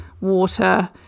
water